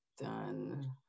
done